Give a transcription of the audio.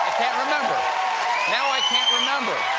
remember, now i can't remember.